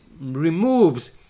removes